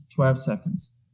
twelve seconds